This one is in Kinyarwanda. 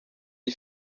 iyi